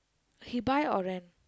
he buy or rent